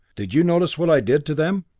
did you notice what i did to them?